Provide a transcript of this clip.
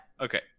Okay